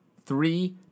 Three